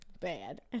bad